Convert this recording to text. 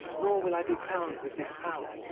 nor will i be crowned with this crown,